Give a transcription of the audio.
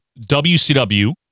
WCW